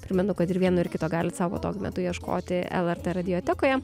primenu kad ir vieno ir kito sau patogiu metu ieškoti lrt radiotekoje